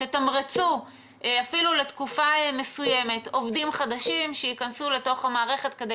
תתמרצו אפילו לתקופה מסוימת עובדים חדשים שייכנסו לתוך המערכת כדי